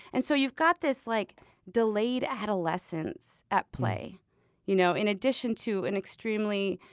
and so, you've got this like delayed adolescence at play you know in addition to an extremely